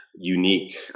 unique